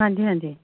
ਹਾਂਜੀ ਹਾਂਜੀ